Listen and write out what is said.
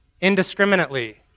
indiscriminately